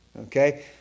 okay